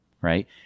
Right